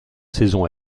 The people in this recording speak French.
saison